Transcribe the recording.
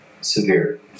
severe